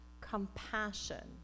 compassion